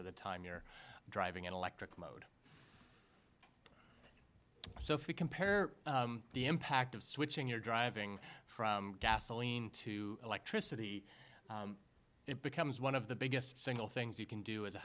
of the time you're driving in electric mode so if you compare the impact of switching your driving from gasoline to electricity it becomes one of the biggest single things you can do as a